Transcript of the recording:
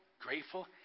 grateful